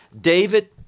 david